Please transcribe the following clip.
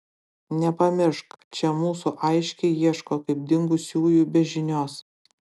nepamiršk čia mūsų aiškiai ieško kaip dingusiųjų be žinios